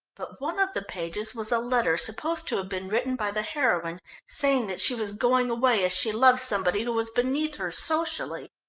but one of the pages was a letter supposed to have been written by the heroine saying that she was going away, as she loved somebody who was beneath her socially.